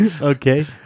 Okay